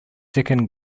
second